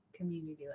Community